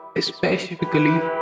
specifically